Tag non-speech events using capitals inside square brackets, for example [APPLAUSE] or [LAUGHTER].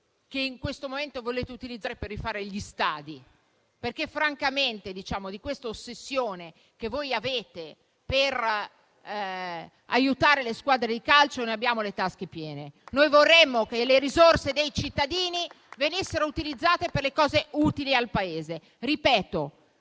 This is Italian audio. che in questo momento volete utilizzare per rifare gli stadi, perché francamente di questa vostra ossessione per aiutare le squadre di calcio ne abbiamo le tasche piene. [APPLAUSE] Noi vorremmo che le risorse dei cittadini venissero utilizzate per le cose utili al Paese. Ripeto: